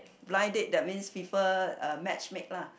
blind date that means people uh matchmake lah